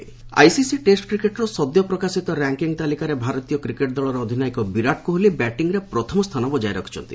ICC ranking ICC test କ୍ରିକେଟର ସଦ୍ୟ ପ୍ରକାଶିତ ର୍ୟାଙ୍କିଙ୍ଗ୍ ତାଲିକାରେ ଭାରତୀୟ କ୍ରିକେଟ ଦଳର ଅଧିନାୟକ ବିରାଟ କୋହଲି ବ୍ୟାଟିଂରେ ପ୍ରଥମ ସ୍ଥାନ ବଜାୟ ରଖିଛନ୍ତି